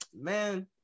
man